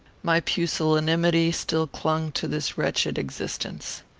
my pusillanimity still clung to this wretched existence.